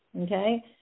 Okay